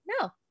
no